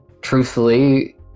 truthfully